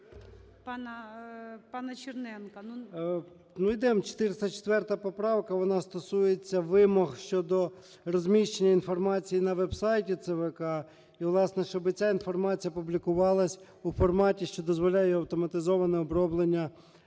пана Черненка. 17:44:11 ЧЕРНЕНКО О.М. 404-а поправка, вона стосується вимог щодо розміщення інформації на веб-сайті ЦВК, і, власне, щоби ця інформація публікувалась у форматі, що дозволяє автоматизоване оброблення